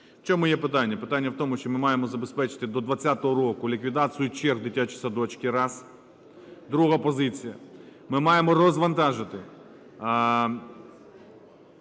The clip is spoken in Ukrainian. В чому є питання? Питання в тому, що ми маємо забезпечити до 20-го року ліквідацію черг в дитячі садочки – раз. Друга позиція. Ми маємо розвантажити